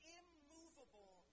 immovable